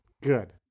Good